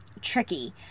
tricky